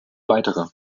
weitere